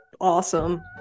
awesome